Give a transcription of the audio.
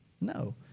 No